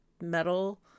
metal